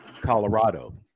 Colorado